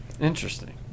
Interesting